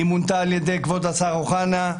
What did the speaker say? היא מונתה על ידי כבוד השר אוחנה,